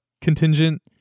contingent